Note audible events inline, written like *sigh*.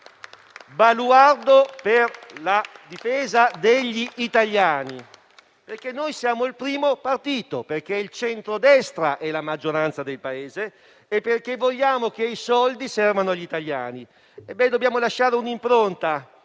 un baluardo per la difesa degli italiani. *applause* Noi siamo il primo partito perché il Centrodestra è maggioranza nel Paese e perché vogliamo che i soldi servano agli italiani. Dobbiamo lasciare un'impronta